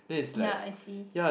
ya I see